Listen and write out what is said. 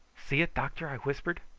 see it, doctor? i whispered.